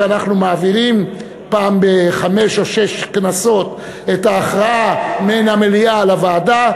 אנחנו מעבירים פעם בחמש או שש כנסות את ההכרעה מן המליאה לוועדה,